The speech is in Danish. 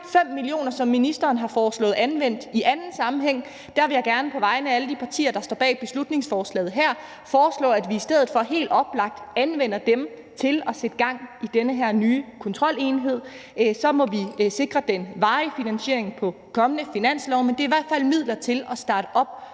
5 mio. kr., som ministeren har foreslået anvendt i anden sammenhæng. Der vil jeg gerne på vegne af alle de partier, der står bag beslutningsforslaget her, foreslå, at vi i stedet for helt oplagt anvender dem til at sætte gang i den her nye kontrolenhed, og så må vi sikre den varige finansiering på en kommende finanslov. Men det er i hvert fald midler til at starte op